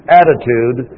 attitude